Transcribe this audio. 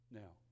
now